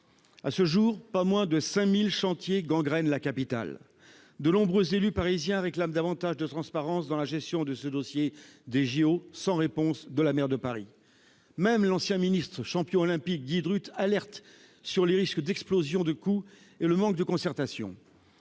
À ce jour, pas moins de 5 000 chantiers gangrènent la capitale. De nombreux élus parisiens réclament davantage de transparence dans la gestion de ce dossier, sans réponse de la maire de Paris. Même l'ancien ministre et champion olympique Guy Drut nous alerte sur les risques d'explosion des coûts et le manque de concertation.